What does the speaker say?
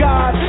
God